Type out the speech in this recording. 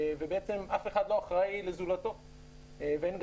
ובעצם אף אחד לא אחראי לזולתו ובסוף,